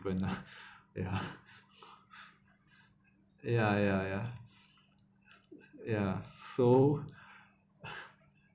lah ya ya ya ya ya so